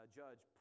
judge